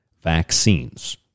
vaccines